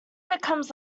becomes